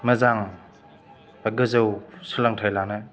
मोजां गोजौ सोलोंथाइ लानो